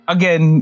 Again